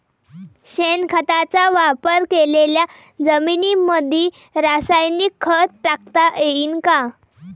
शेणखताचा वापर केलेल्या जमीनीमंदी रासायनिक खत टाकता येईन का?